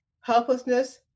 helplessness